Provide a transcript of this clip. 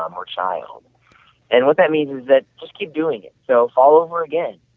um or child and what that means is that just keep doing it, they'll fall over again